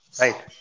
right